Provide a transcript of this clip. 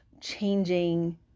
changing